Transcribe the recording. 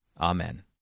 Amen